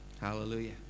Hallelujah